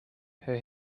her